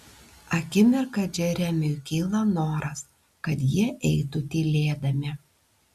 akimirką džeremiui kyla noras kad jie eitų tylėdami